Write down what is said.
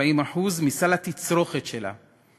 40% מסל התצרוכת שלה.